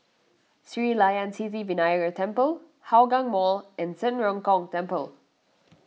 Sri Layan Sithi Vinayagar Temple Hougang Mall and Zhen Ren Gong Temple